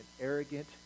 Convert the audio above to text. arrogant